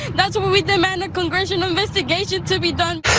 that's where we demand a congressional investigation to be done.